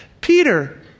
Peter